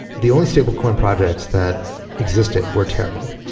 the only stablecoin projects that existed were terrible.